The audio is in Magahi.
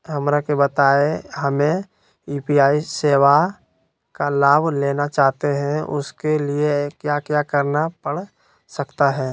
हमरा के बताइए हमें यू.पी.आई सेवा का लाभ लेना चाहते हैं उसके लिए क्या क्या करना पड़ सकता है?